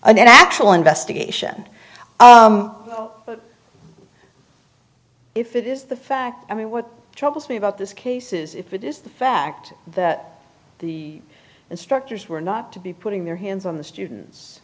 an actual investigation if it is the fact i mean what troubles me about this cases if it is the fact that the instructors were not to be putting their hands on the students